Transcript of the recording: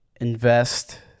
invest